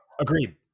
Agreed